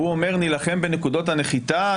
והוא אומר: נילחם בנקודות הנחיתה,